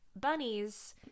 Bunnies